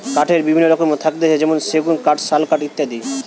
কাঠের বিভিন্ন রকম থাকতিছে যেমনি সেগুন কাঠ, শাল কাঠ ইত্যাদি